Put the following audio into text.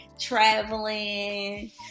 traveling